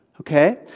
Okay